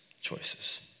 choices